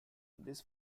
this